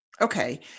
Okay